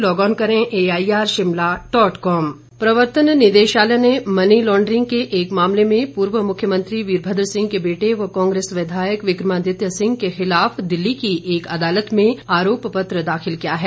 विक्रमादित्य प्रवर्तन निदेशालय ने मनी लॉड्रिग के एक मामले में पूर्व मुख्यमंत्री वीरभद्र सिंह के बेटे व कांग्रेस विधायक विक्रमादित्य सिंह के खिलाफ दिल्ली की एक अदालत में आरोप पत्र दाखिल किया है